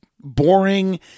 boring